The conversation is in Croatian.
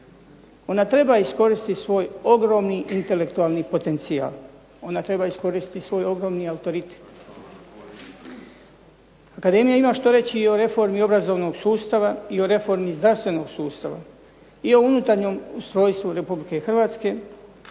Ona treba iskoristiti svoj ogromni intelektualni potencijal. Ona treba iskoristiti svoj ogromni autoritet. Akademija ima što reći i o reformi obrazovnog sustava i o reformi zdravstvenog sustava i o unutarnjem ustrojstvu Republike Hrvatske